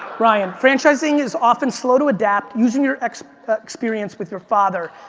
ryan. franchising is often slow to adapt. using your experience with your father,